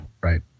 right